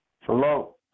Hello